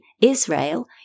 Israel